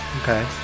Okay